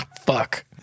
fuck